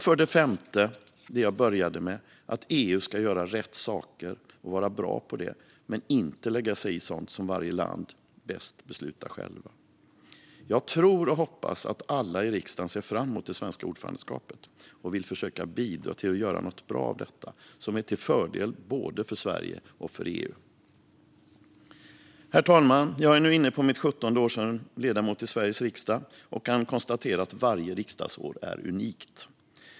För det femte - det var det jag började med - handlar det om att EU ska göra rätt saker och vara bra på det men inte lägga sig i sådant som varje land bäst beslutar självt. Jag tror och hoppas att alla i riksdagen ser fram emot det svenska ordförandeskapet och vill försöka bidra till att göra något bra av det, som är till fördel både för Sverige och för EU. Herr talman! Jag är nu inne på mitt 17:e år som ledamot i Sveriges riksdag och kan konstatera att varje riksdagsår är unikt.